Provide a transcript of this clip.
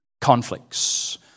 conflicts